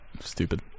Stupid